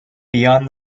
beyond